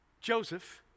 Joseph